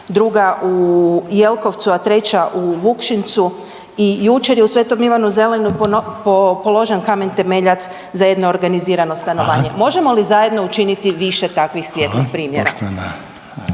druga u Jelkovcu, a 3 u Vukšincu i jučer je u Svetom Ivanu Zelini položen kamen temeljac za jedno organizirano …/Upadica: Hvala./… stanovanje. Možemo li zajedno učiniti više takvih svijetlih primjera?